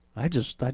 i just,